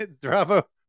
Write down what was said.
Bravo